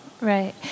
Right